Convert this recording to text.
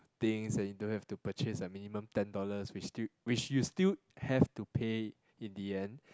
things that you don't have to purchase at minimum ten dollars which still which you still have to pay in the end